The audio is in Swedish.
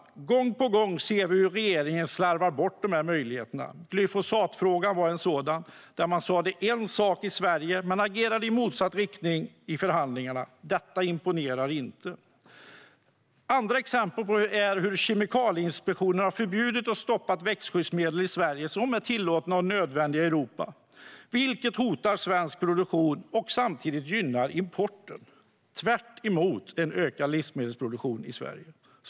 Gång på gång ser vi hur regeringen slarvar bort möjligheterna. Glyfosat var en sådan fråga där man sa en sak i Sverige men agerade i motsatt riktning i förhandlingarna. Detta imponerar inte. Andra exempel är hur Kemikalieinspektionen har förbjudit och stoppat växtskyddsmedel i Sverige som är tillåtna och nödvändiga i Europa, vilket hotar svensk produktion och samtidigt gynnar importen. Det är tvärtemot en ökad livsmedelsproduktion i Sverige.